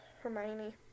Hermione